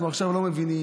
אנחנו עכשיו לא מבינים,